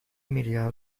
milyar